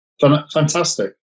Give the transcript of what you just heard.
Fantastic